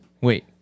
Wait